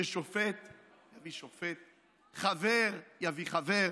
ששופט יביא שופט, חבר יביא חבר.